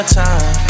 time